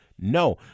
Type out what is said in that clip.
No